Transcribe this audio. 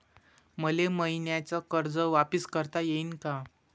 मले मईन्याचं कर्ज वापिस करता येईन का?